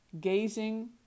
gazing